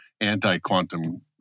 anti-quantum